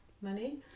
money